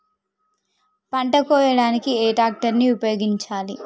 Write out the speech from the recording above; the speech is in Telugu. పంట కోయడానికి ఏ ట్రాక్టర్ ని ఉపయోగించాలి?